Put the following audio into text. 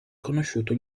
conosciuto